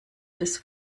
des